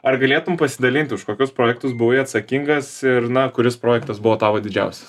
ar galėtum pasidalinti už kokius projektus buvai atsakingas ir na kuris projektas buvo tavo didžiausias